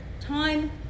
time